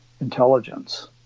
intelligence